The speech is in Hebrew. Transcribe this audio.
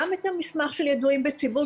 גם את המסמך של ידועים בציבור,